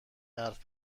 حرف